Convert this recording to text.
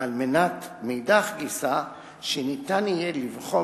ומאידך גיסא על מנת שניתן יהיה לבחון